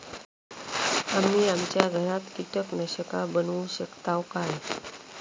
आम्ही आमच्या घरात कीटकनाशका बनवू शकताव काय?